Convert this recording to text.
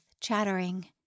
chattering